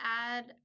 add